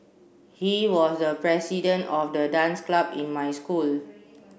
he was the president of the dance club in my school